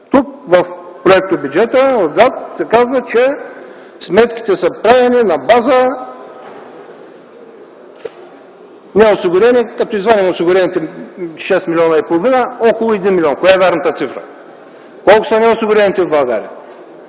Тук, в проектобюджета, отзад се казва, че сметките са правени на база неосигурени. Като извадим от осигурените 6,5 млн. души, остава около 1 милион. Коя е вярната цифра? Колко са неосигурените в България?